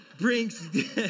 brings